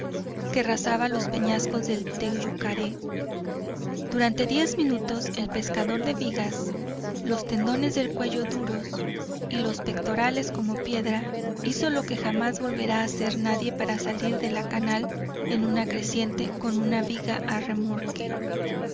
que rasaba los peñascos del teyucuaré durante diez minutos el pescador de vigas los tendones del cuello duros y los pectorales como piedra hizo lo que jamás volverá a hacer nadie para salir de la canal en una creciente con una viga a remolque